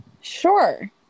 Sure